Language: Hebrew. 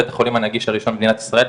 בית החולים הנגיש הראשון במדינת ישראל.